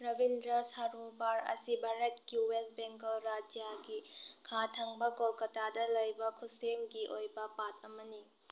ꯔꯥꯕꯤꯟꯗ꯭ꯔꯥ ꯁꯥꯔꯣꯕꯥꯔ ꯑꯁꯤ ꯚꯥꯔꯠꯀꯤ ꯋꯦꯁ ꯕꯦꯡꯒꯜ ꯔꯥꯖ꯭ꯌꯥꯒꯤ ꯈꯥ ꯊꯪꯕ ꯀꯣꯜꯀꯥꯇꯥꯗ ꯂꯩꯕ ꯈꯨꯠꯁꯦꯝꯒꯤ ꯑꯣꯏꯕ ꯄꯥꯠ ꯑꯃꯅꯤ